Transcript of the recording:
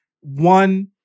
One